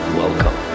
welcome